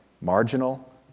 marginal